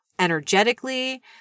energetically